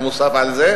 תודה.